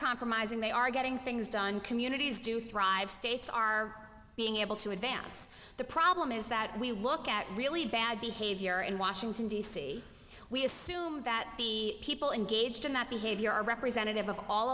compromising they are getting things done communities do thrive states are being able to advance the problem is that we look at really bad behavior in washington d c we assumed that the people in gauged in that behavior are representative of all